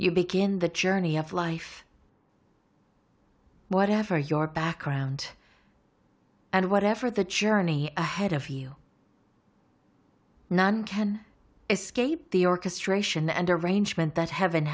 you begin the journey of life whatever your background and whatever the journey ahead of you none can escape the orchestration and arrangement that heaven